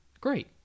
great